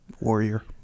warrior